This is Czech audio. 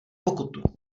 pokutu